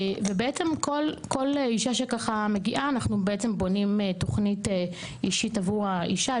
ובעצם כל אישה שככה מגיעה אנחנו בעצם תוכנית אישית עבור האישה.